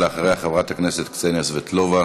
אחריה, חברת הכנסת קסניה סבטלובה.